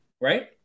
right